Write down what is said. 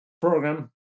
program